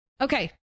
okay